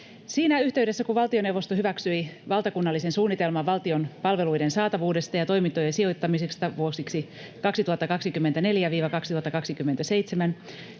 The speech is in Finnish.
Siinä yhteydessä, kun valtioneuvosto hyväksyi valtakunnallisen suunnitelman valtion palveluiden saatavuudesta ja toimintojen sijoittamisesta vuosiksi 2024—2027,